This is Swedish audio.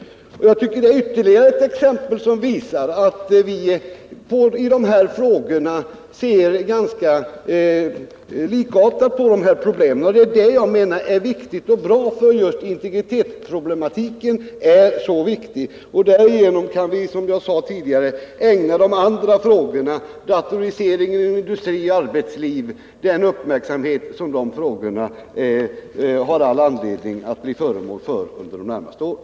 Jag tycker att detta är ytterligare ett exempel som visar att vi ser ganska likartat på de här problemen. Det är som jag ser det viktigt och bra, för just integritetsproblematiken är så betydelsefull. Därigenom kan vi, som jag sade tidigare, också ägna de andra frågorna —t.ex. frågan om datoriseringen inom industri och arbetsliv — den uppmärksamhet som vi har all anledning att ägna dem under de närmaste åren.